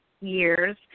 years